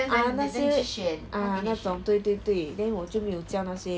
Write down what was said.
ah 那些 ah 那种对对对 then 我就没有叫那些